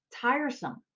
tiresome